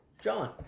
John